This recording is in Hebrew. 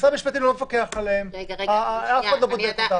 משרד המשפטים לא מפקח עליהם, אף אחד לא בודק אותם.